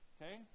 Okay